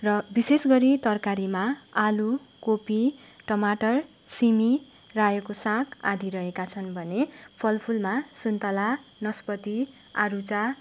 र विशेष गरी तरकारीमा आलु कोपी टमाटर सिमी रायोको साग आदि रहेका छन् भने फलफुलमा सुन्तला नास्पाती आरुचा